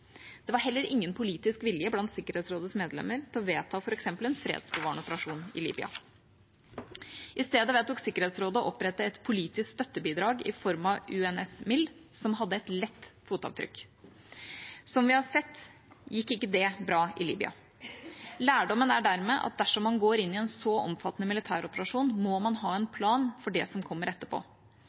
Det var heller ingen politisk vilje blant Sikkerhetsrådets medlemmer til å vedta f.eks. en fredsbevarende operasjon i Libya. I stedet vedtok Sikkerhetsrådet å opprette et politisk støttebidrag i form av UNSMIL, som hadde et lett fotavtrykk. Som vi har sett, gikk det ikke bra i Libya. Lærdommen er dermed at dersom man går inn i en så omfattende militæroperasjon, må man ha en plan for det som kommer etterpå.